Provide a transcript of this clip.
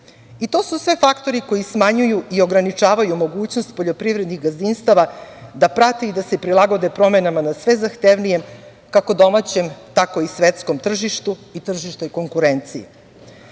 su sve faktori koji smanjuju i ograničavaju mogućnost poljoprivrednih gazdinstava da prate i da se prilagode promenama na sve zahtevnijem, kako domaćem tako i svetskom tržištu i tržišnoj konkurenciji. Sve